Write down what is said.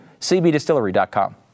cbdistillery.com